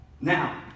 Now